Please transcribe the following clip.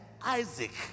Isaac